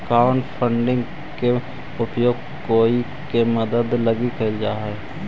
crowdfunding के उपयोग कोई के मदद लगी कैल जा हई